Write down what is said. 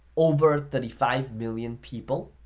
over thirty five million people.